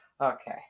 Okay